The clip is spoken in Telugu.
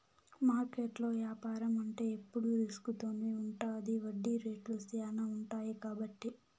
మార్కెట్లో యాపారం అంటే ఎప్పుడు రిస్క్ తోనే ఉంటది వడ్డీ రేట్లు శ్యానా ఉంటాయి కాబట్టి